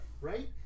Right